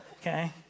okay